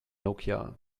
nokia